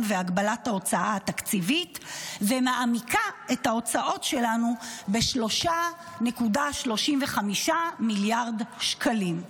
והגבלת ההוצאה התקציבית ומעמיקה את ההוצאות שלנו ב-3.35 מיליארד שקלים.